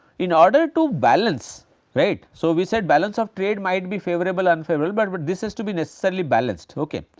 in order to balance right so we said balance of trade might be favourable unfavourable, but this has to be necessarily balanced ok.